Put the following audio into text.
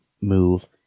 move